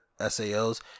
SAOs